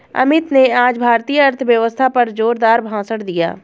अमित ने आज भारतीय अर्थव्यवस्था पर जोरदार भाषण दिया